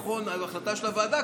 זאת החלטה של הוועדה,